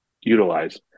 utilize